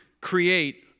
create